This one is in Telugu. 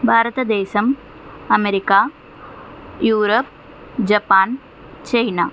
Bharatadesam America Europe Japan China